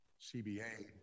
CBA